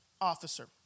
officer